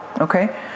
okay